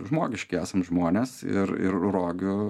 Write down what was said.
žmogiški esam žmonės ir ir rogių